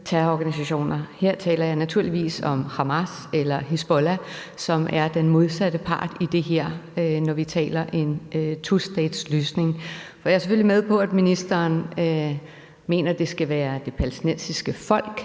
her taler jeg naturligvis om Hamas eller Hizbollah, som er den modsatte part, når vi her taler om en tostatsløsning. For jeg er selvfølgelig med på, at ministeren mener, at det skal være det palæstinensiske folk,